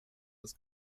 das